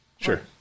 Sure